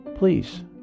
please